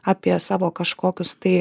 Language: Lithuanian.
apie savo kažkokius tai